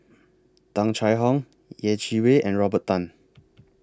Tung Chye Hong Yeh Chi Wei and Robert Tan